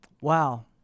Wow